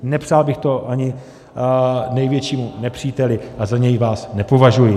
Nepřál bych to ani největšímu nepříteli a za něj vás nepovažuji.